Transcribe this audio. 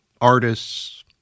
artists